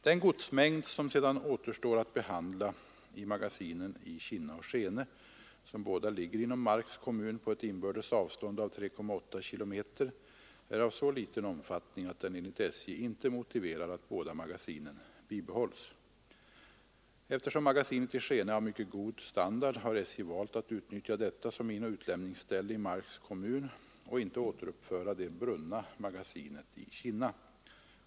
Den godsmängd som sedan återstår att behandla i magasinen i Kinna och Skene, som båda ligger inom Marks kommun på ett inbördes avstånd av 3,8 km, är av så liten omfattning att den enligt SJ inte motiverar att båda magasinen bibehålls. Eftersom magasinet i Skene är av mycket god standard har SJ valt att utnyttja detta som inoch utlämningsställe i Marks kommun och inte återuppföra det brunna magasinet i Kinna.